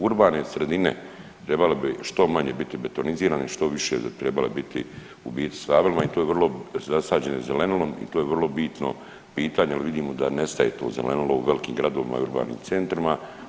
Urbane sredine trebale bi biti što manje betonizirane, što više bi trebale biti u biti stablima i to je vrlo zasađene zelenilom i to je vrlo bitno pitanje jer vidimo da nestaje to zelenilo u velikim gradovima i urbanim centrima.